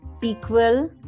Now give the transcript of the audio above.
equal